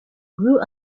grew